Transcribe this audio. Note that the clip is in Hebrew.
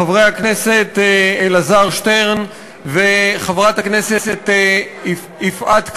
חבר הכנסת אלעזר שטרן וחברת הכנסת יפעת קריב.